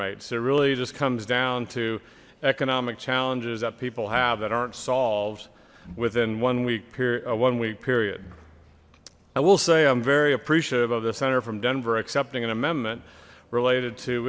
it really just comes down to economic challenges that people have that aren't solved within one week period of one week period i will say i'm very appreciative of the senator from denver accepting an amendment related to